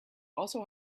also